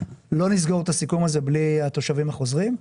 נסגור את הסיכום הזה בלי התושבים החוזרים.